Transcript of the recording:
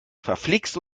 verflixt